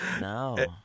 no